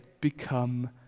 become